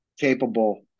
capable